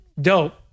Dope